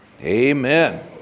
Amen